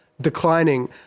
Declining